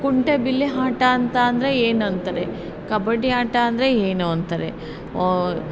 ಕುಂಟೆಬಿಲ್ಲೆ ಆಟ ಅಂತ ಅಂದರೆ ಏನಂತಾರೆ ಕಬಡ್ಡಿ ಆಟ ಅಂದರೆ ಏನು ಅಂತಾರೆ